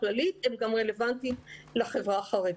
הכללית הם גם רלוונטיים לחברה החרדית,